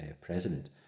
president